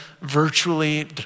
virtually